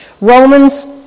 Romans